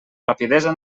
rapidesa